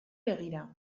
begira